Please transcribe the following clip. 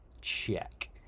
check